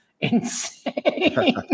insane